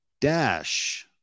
dash